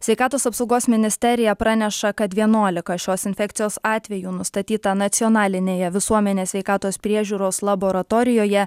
sveikatos apsaugos ministerija praneša kad vienuolika šios infekcijos atvejų nustatyta nacionalinėje visuomenės sveikatos priežiūros laboratorijoje